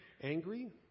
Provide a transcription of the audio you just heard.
angry